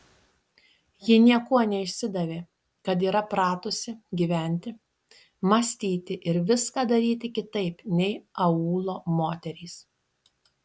ji niekuo neišsidavė kad yra pratusi gyventi mąstyti ir viską daryti kitaip nei aūlo moterys